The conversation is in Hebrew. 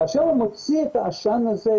כאשר הוא מוציא את העשן הזה,